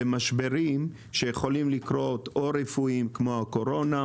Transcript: למשברים שיכולים לקרות; או רפואיים כמו הקורונה,